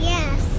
Yes